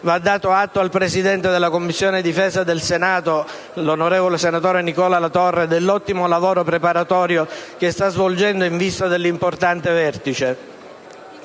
Va dato atto al presidente della Commissione difesa del Senato, il senatore Nicola Latorre, dell'ottimo lavoro preparatorio che sta svolgendo in vista dell'importante vertice.